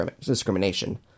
discrimination